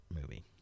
movie